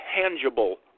tangible